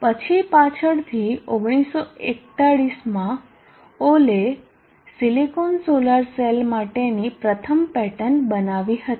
પછી પાછળથી 1941 માં ઓહલે સિલિકોન સોલર સેલ માટેની પ્રથમ પેટન્ટ બનાવી હતી